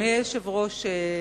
אדוני היושב-ראש,